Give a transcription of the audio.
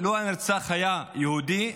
לו הנרצח היה יהודי,